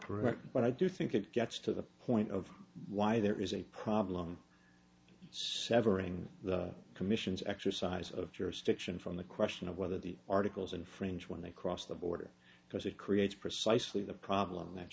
correct but i do think it gets to the point of why there is a problem severing the commission's exercise of jurisdiction from the question of whether the articles in french when they cross the border because it creates precisely the problem that